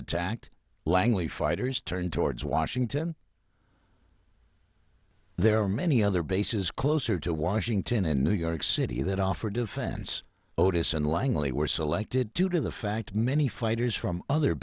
attacked langley fighters turn towards washington there are many other bases closer to washington and new york city that offer defense otis and langley were selected due to the fact many fighters from other